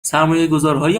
سرمایهگذارهای